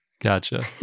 Gotcha